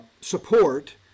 support